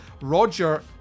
Roger